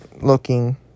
looking